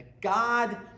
God